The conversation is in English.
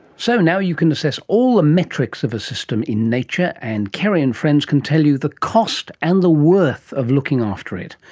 so now you can assess all the metrics of a system in nature, and kerrie and friends can tell you the cost and the worth of looking after it.